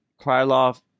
Krylov